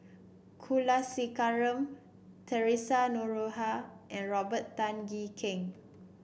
T Kulasekaram Theresa Noronha and Robert Tan Jee Keng